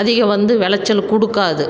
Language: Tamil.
அதிகம் வந்து வெளைச்சல் கொடுக்காது